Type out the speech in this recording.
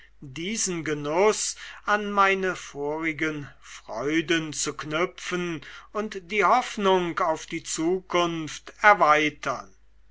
diesen genuß an meine vorigen freuden knüpfen und die hoffnung auf die zukunft erweitern